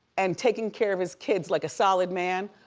and taking care of his kids like a solid man.